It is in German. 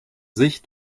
sich